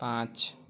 पाँच